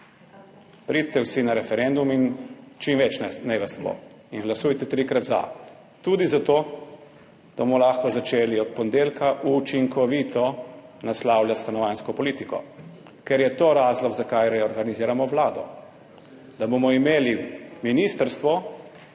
Pridite vsi na referendum in čim več naj vas bo. Glasujte trikrat »ZA« tudi zato, da bomo lahko začeli od ponedeljka učinkovito naslavljati stanovanjsko politiko, ker je to razlog zakaj reorganiziramo vlado. Da bomo imeli ministrstvo,